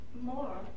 more